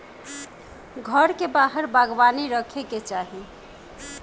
घर के बाहर बागवानी रखे के चाही